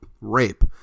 rape